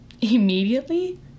immediately